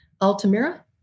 Altamira